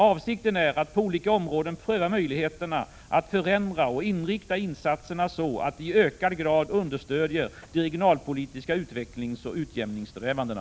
Avsikten är att på olika områden pröva möjligheterna att förändra och inrikta insatserna så att de i ökad grad understöder de regionalpolitiska utvecklingsoch utjämningssträvandena.